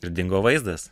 ir dingo vaizdas